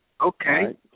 Okay